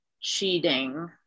cheating